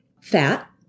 fat